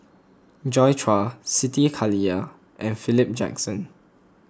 Joi Chua Siti Khalijah and Philip Jackson